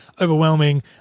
overwhelming